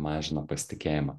mažina pasitikėjimą